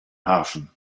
hafen